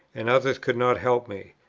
and others could not help me.